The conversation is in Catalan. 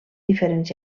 diferents